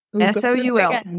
S-O-U-L